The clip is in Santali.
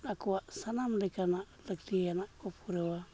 ᱟᱠᱚᱣᱟᱜ ᱥᱟᱱᱟᱢ ᱞᱮᱠᱟᱱᱟᱜ ᱞᱟᱹᱠᱛᱤᱭᱟᱱᱟᱜ ᱠᱚ ᱯᱩᱨᱟᱹᱣᱟ